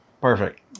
Perfect